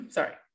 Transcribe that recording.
Sorry